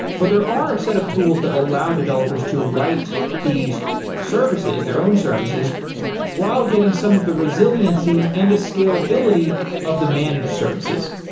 but there are a set of tools that allow developers to write these services, their own services while getting some of the resiliency and the scalability of the managed services.